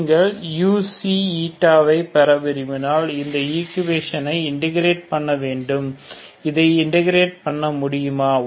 நீங்கள் uξη ஐ பெற விரும்பினால் இந்த ஈக்குவேஷனை இன்டகிரேட் பண்ண வேண்டும் இதை இன்டகிரேட் பண்ண முடியுமா